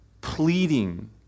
pleading